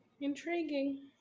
Intriguing